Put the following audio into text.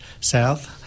south